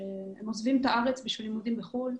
שעוזבים את הארץ כדי ללמוד בחוץ לארץ